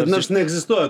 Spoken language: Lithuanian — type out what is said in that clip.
nors neegzistuoja